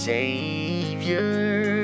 Savior